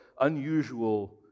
unusual